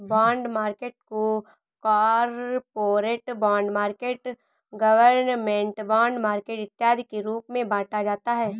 bond market को corporate bond market government bond market इत्यादि के रूप में बांटा जाता है